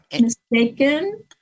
mistaken